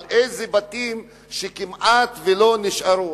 על איזה בתים שכמעט לא נשארו?